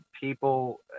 people